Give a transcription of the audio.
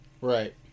Right